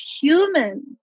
human